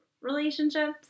relationships